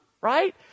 right